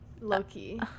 low-key